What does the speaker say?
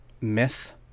myth